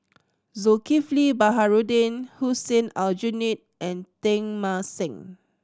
Zulkifli Baharudin Hussein Aljunied and Teng Mah Seng